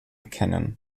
kennen